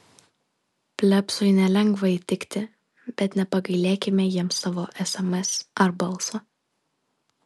plebsui nelengva įtikti bet nepagailėkime jiems savo sms ar balso